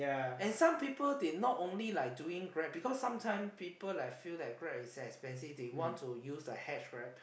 and some people they not only like doing Grab because sometime people like feel that Grab is expensive they want to use the hitch right